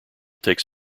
takes